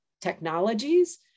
technologies